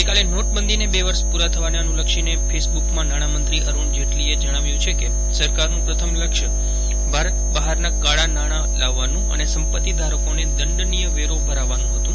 ગઇકાલે નોટબંધીને બે વર્ષ પૂરા થવાને અનુલક્ષીને ફેસબુકમાં નાજ્ઞામંત્રી જેટલીએ જજ્જાવ્યું છે કે સરકારનું પ્રથમ લક્ષ ભારત બહારના કાળા નાણાં લાવવાનું અને સંપત્તિ ધારકોને દંડનીય વેરો ભરાવવાનું હતું